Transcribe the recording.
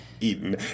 eaten